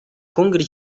kumbwira